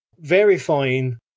verifying